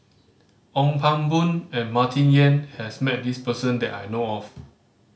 Ong Pang Boon and Martin Yan has met this person that I know of